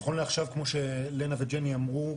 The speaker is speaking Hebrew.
נכון לעכשיו כמו שלנה וג'ני אמרו,